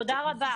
תודה רבה.